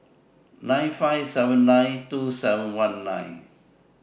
nine five seven nine two seven one nine